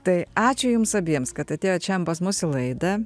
tai ačiū jums abiems kad atėjot šiandien pas mus į laidą